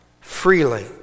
freely